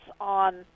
on